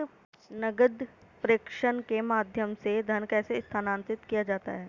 नकद प्रेषण के माध्यम से धन कैसे स्थानांतरित किया जाता है?